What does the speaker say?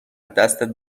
دستت